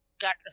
got